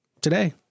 today